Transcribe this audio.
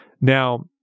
Now